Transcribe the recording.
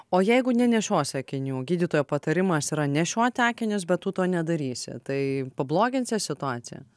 o jeigu nenešiosi akinių gydytojo patarimas yra nešioti akinius bet tu to nedarysi tai pabloginsi situaciją